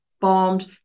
formed